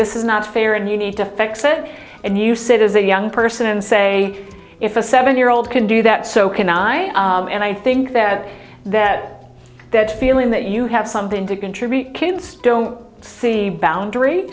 this is not fair and you need to fix it and use it as a young person and say if a seven year old can do that so can i and i think that that that feeling that you have something to contribute kids don't see boundry